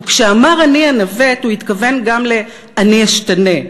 וכשאמר "אני אנווט" הוא התכוון גם ל"אני אשתנה".